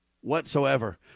whatsoever